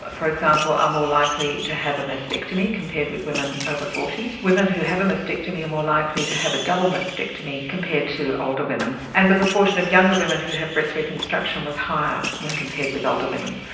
but for example, are more likely to have a mastectomy compared with women over forty. women who have a mastectomy are more likely to have a double mastectomy compared to older women. and the proportion of younger women who have breast reconstruction was higher when compared with older women.